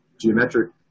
geometric